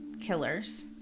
killers